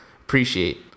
Appreciate